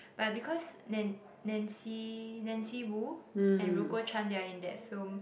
but because nan~ Nancy Nancy-Wu and Ruko-Chan they are in that film